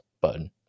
button